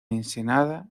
ensenada